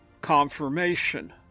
confirmation